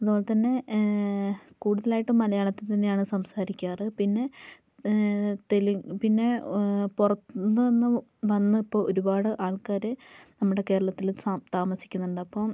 അതുപോലെ തന്നെ കൂടുതലായിട്ടും മലയാളത്തിൽ തന്നെയാണ് സംസാരിക്കാറ് പിന്നെ വ് തെലു പിന്നെ പുറത്ത് നിന്ന് വന്ന് വന്ന് ഇപ്പോൾ ഒരുപാട് ആൾക്കാർ നമ്മുടെ കേരളത്തിൽ സ താമസിക്കുന്നുണ്ട് അപ്പം